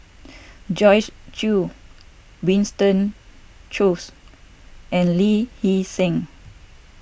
Joyce Jue Winston Choos and Lee Hee Seng